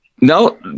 no